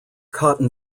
cotton